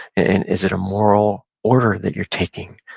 and is it a moral order that you're taking.